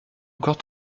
encore